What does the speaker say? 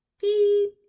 beep